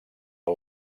del